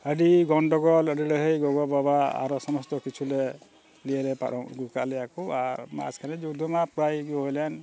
ᱟᱹᱰᱤ ᱜᱚᱱᱰᱚᱜᱳᱞ ᱟᱹᱰᱤ ᱞᱟᱹᱲᱦᱟᱹᱭ ᱜᱚᱜᱚᱼᱵᱟᱵᱟ ᱟᱨᱚ ᱥᱚᱢᱚᱥᱛᱚ ᱠᱤᱪᱷᱩᱞᱮ ᱱᱤᱭᱟᱹ ᱨᱮ ᱯᱟᱨᱚᱢ ᱟᱹᱜᱩ ᱟᱠᱟᱫ ᱞᱮᱭᱟ ᱠᱚ ᱟᱨ ᱢᱟᱪ ᱠᱷᱟᱱᱮ ᱡᱩᱫᱽᱫᱷᱚ ᱢᱟ ᱯᱨᱟᱭ ᱜᱮ ᱦᱩᱭ ᱞᱮᱱ